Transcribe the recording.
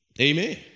amen